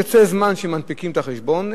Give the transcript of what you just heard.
יוצא זמן שהם מנפיקים את החשבון,